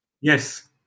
Yes